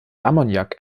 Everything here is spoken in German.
ammoniak